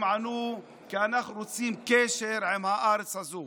הם ענו: כי אנחנו רוצים קשר עם הארץ הזו.